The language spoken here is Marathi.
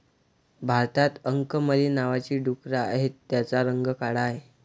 भारतात अंकमली नावाची डुकरं आहेत, त्यांचा रंग काळा आहे